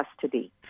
custody